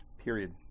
period